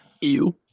Ew